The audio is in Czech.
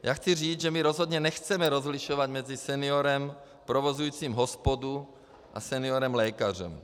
Já chci říci, že my rozhodně nechceme rozlišovat mezi seniorem provozujícím hospodu a seniorem lékařem.